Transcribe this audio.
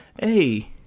hey